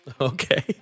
Okay